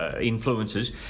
Influences